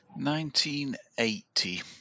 1980